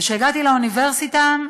וכשהגעתי לאוניברסיטה,